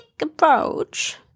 approach